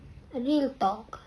real talk